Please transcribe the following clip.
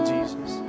Jesus